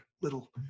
little